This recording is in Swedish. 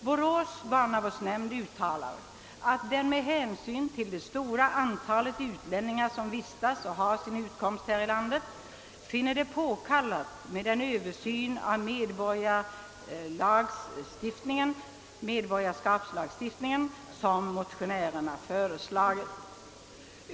Borås barnavårdsnämnd uttalar att den med hänsyn till det stora antalet utlänningar som vistas och har sin utkomst här i landet finner det påkallat med den översyn av medborgarskapslagstiftningen som motionärerna föreslagit.